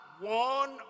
one